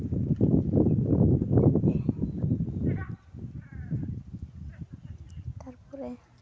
ᱛᱟᱨᱯᱚᱨᱮ